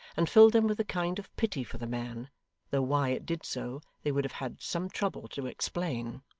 and filled them with a kind of pity for the man though why it did so, they would have had some trouble to explain.